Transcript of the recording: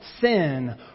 sin